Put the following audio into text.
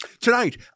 Tonight